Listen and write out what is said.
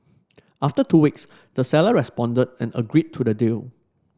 after two weeks the seller responded and agreed to the deal